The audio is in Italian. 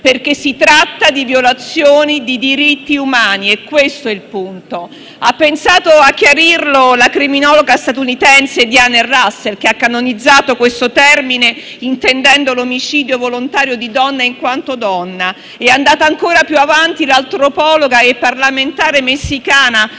tratta, infatti, di violazioni di diritti umani. Questo è il punto. Ha pensato a chiarirlo la criminologa statunitense Diana Russel, che ha canonizzato questo termine intendendo l'omicidio volontario di donna in quanto donna. È andata ancora più avanti l'antropologa e parlamentare messicana